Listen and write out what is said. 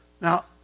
Now